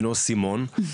הייתי חוסך,